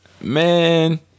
Man